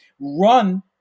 run